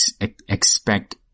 expect